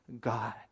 God